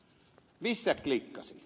missä klikkasi